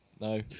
No